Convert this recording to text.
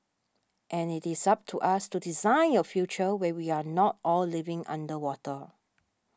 and it is up to us to design a future where we are not all living underwater